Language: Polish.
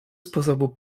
sposobu